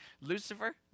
Lucifer